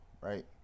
right